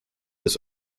des